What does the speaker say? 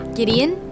Gideon